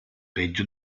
peggio